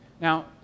now